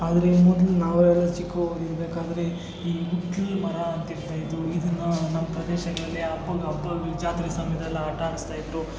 ಆದರೆ ಮೊದಲು ನಾವೆಲ್ಲ ಚಿಕ್ಕವರಿರ್ಬೇಕಾದ್ರೆ ಈ ಹಿತ್ತಲ ಮರ ಅಂತಿರ್ತಾಯಿತ್ತು ಇದನ್ನು ನಮ್ಮ ಪ್ರದೇಶಗಳಲ್ಲಿ ಹಬ್ಬಗ ಹಬ್ಬಗಳು ಜಾತ್ರೆ ಸಮಯದಲ್ಲಿ ಆಟ ಆಡಿಸ್ತಾಯಿದ್ರು